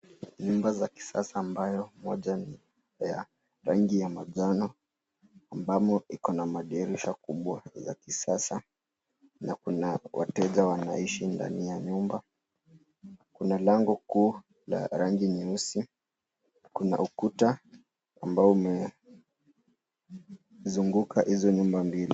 Nyumba za kisasa ambayo moja ni ya rangi ya manjano ambayo iko na madirisha kubwa ya kisasa na kuna wateja wanaoishi ndani ya nyumba. Kuna lango kuu la rangi nyeusi na kuna ukuta ambao umezunguka nyumba hizo mbili.